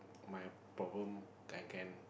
my problem I can